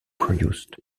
produced